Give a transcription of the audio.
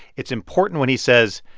it's important when he says,